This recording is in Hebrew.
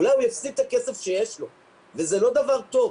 אולי הוא יפסיד את הכסף שיש לו וזה לא דבר טוב.